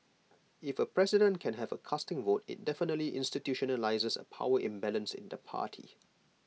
if A president can have A casting vote IT definitely institutionalises A power imbalance in the party